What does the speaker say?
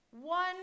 One